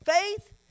Faith